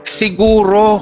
siguro